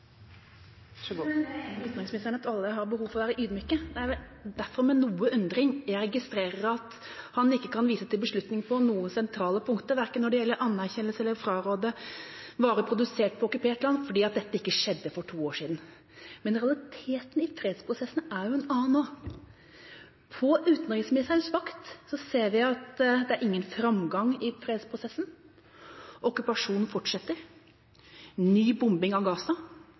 Jeg er enig med utenriksministeren i at alle har behov for å være ydmyke. Det er derfor med noe undring jeg registrerer at han ikke kan vise til beslutninger på noen sentrale punkter, verken når det gjelder anerkjennelse eller å fraråde handel med varer produsert på okkupert land, fordi dette ikke skjedde for to år siden. Men realiteten i fredsprosessen er jo en annen nå. På utenriksministerens vakt ser vi at det ikke er noen framgang i fredsprosessen. Okkupasjonen fortsetter, ny bombing av Gaza.